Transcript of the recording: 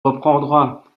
reprendra